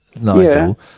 Nigel